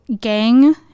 gang